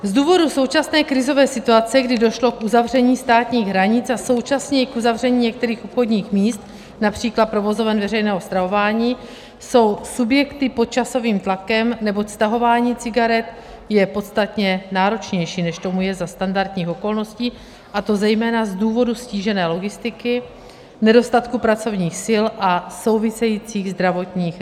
Z důvodu současné krizové situace, kdy došlo k uzavření státních hranic a současně i k uzavření některých obchodních míst, např. provozoven veřejného stravování, jsou subjekty pod časovým tlakem, neboť stahování cigaret je podstatně náročnější, než tomu je za standardních okolností, a to zejména z důvodu ztížené logistiky, nedostatku pracovních sil a souvisejících zdravotních rizik.